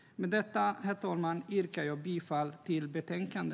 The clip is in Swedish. Med detta, herr talman, yrkar jag bifall till förslaget i betänkandet.